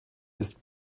ist